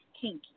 Kinky